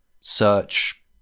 search